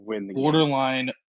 borderline